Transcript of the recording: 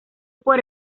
por